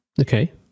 Okay